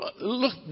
Look